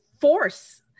force